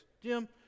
Jim